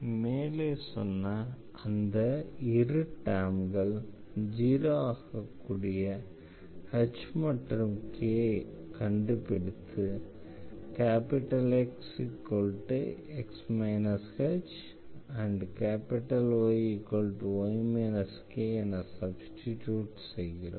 மேலே சொன்ன அந்த இரு டெர்ம்கள் 0 ஆக கூடிய h மற்றும் kஐ கண்டுபிடித்து Xx h Yy kஎன சப்ஸ்டிடியூட் செய்கிறோம்